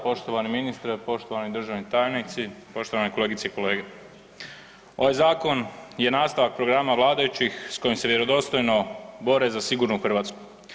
Poštovani ministre, poštovani državni tajnici, poštovane kolegice i kolege, ovaj zakon je nastavak programa vladajućih s kojim se vjerodostojno bore za sigurnu Hrvatsku.